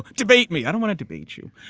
debate me. i don't want to debate you.